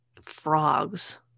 frogs